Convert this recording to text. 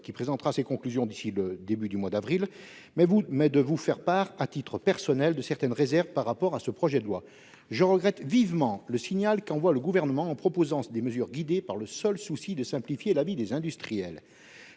qui présentera ses conclusions d'ici au début du mois d'avril, mais de vous faire part, à titre personnel, de certaines réserves par rapport à ce projet de loi. Je regrette vivement le signal qu'envoie le Gouvernement en proposant des mesures guidées par le seul souci de simplifier la vie des industriels.